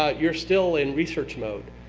ah you're still in research mode.